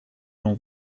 l’on